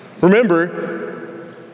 Remember